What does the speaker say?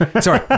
Sorry